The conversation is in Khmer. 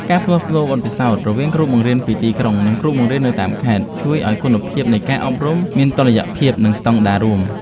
ការផ្លាស់ប្តូរបទពិសោធន៍រវាងគ្រូបង្រៀនពីទីក្រុងនិងគ្រូបង្រៀននៅតាមខេត្ត ជួយឱ្យគុណភាពនៃការអប់រំមានតុល្យភាពនិងស្តង់ដាររួម។